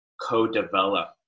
co-develop